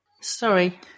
sorry